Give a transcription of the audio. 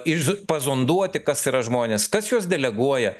iš pazonduoti kas yra žmonės kas juos deleguoja